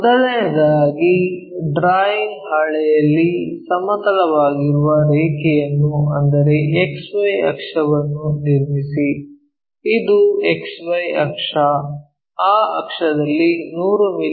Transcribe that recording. ಮೊದಲನೆಯದಾಗಿ ಡ್ರಾಯಿಂಗ್ ಹಾಳೆಯಲ್ಲಿ ಸಮತಲವಾಗಿರುವ ರೇಖೆಯನ್ನು ಅಂದರೆ X Y ಅಕ್ಷವನ್ನು ನಿರ್ಮಿಸಿ ಇದು X Y ಅಕ್ಷ ಆ ಅಕ್ಷದಲ್ಲಿ 100 ಮಿ